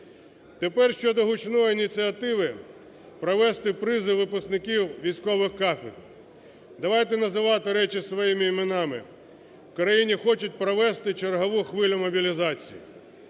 Тепер щодо гучної ініціативи провести призов випускників військових кафедр. Давайте називати речі своїми іменами: у країні хочуть провести чергову хвилю мобілізації.